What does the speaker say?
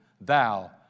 thou